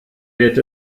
wird